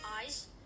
eyes